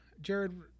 Jared